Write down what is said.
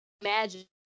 imagine